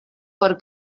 por